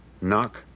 Knock